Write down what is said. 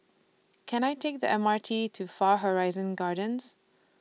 Can I Take The M R T to Far Horizon Gardens